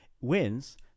wins